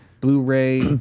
Blu-ray